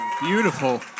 Beautiful